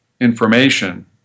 information